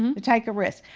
um to take a risk.